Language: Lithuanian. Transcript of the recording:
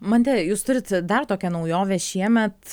mante jūs turit dar tokią naujovę šiemet